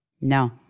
No